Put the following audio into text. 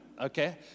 okay